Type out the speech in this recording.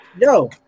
yo